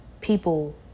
people